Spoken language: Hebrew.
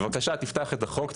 בבקשה תפתח את החוק,